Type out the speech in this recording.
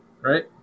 right